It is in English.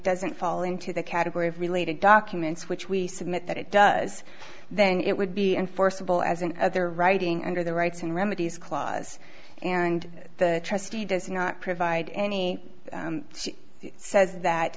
doesn't fall into the category of related documents which we submit that it does then it would be enforceable as an other writing under the rights and remedies clause and the trustee does not provide any she says that